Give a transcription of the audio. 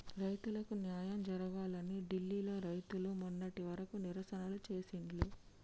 రైతులకు న్యాయం జరగాలని ఢిల్లీ లో రైతులు మొన్నటి వరకు నిరసనలు చేసిండ్లు